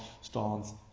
stance